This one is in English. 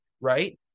right